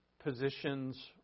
positions